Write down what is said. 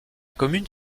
commune